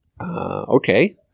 Okay